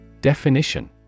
Definition